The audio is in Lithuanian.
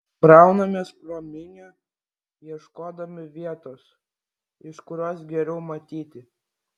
braunamės pro minią ieškodami vietos iš kurios geriau matyti